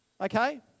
Okay